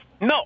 No